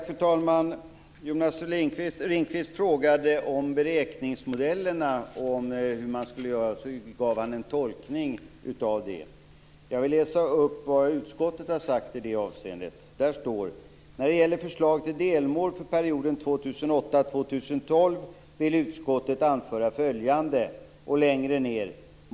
Fru talman! Jonas Ringqvist frågade om beräkningsmodellerna och hur man skulle göra där och gav sedan en tolkning av det. Jag vill läsa upp vad utskottet säger i det avseendet: 2008-2012 vill utskottet anföra följande.